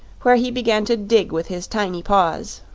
where he began to dig with his tiny paws,